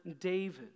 David